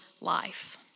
life